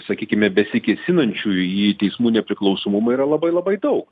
sakykime besikėsinančių į teismų nepriklausomumą yra labai labai daug